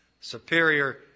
Superior